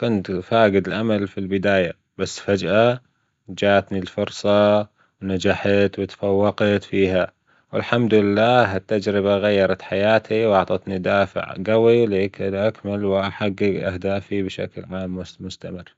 كنت فاجد الأمل في البداية بس فجأة جاتني الفرصة، نجحت وتفوقت فيها والحمد لله التجربة غيرت حياتي وأعطتني دافع جوي لكي أكمل وأحجج أهدافي بشكل عام مستمر.